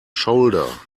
shoulder